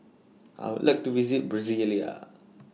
I Would like to visit Brasilia